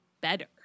better